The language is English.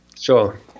Sure